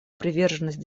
приверженность